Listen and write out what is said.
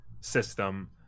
system